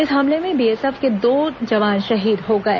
इस हमले में बीएसएफ के दो जवान शहीद हो गए